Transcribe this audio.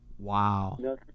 wow